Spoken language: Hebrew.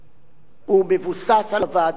מבוסס על הצעות הוועדה הציבורית